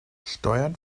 steuern